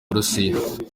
burusiya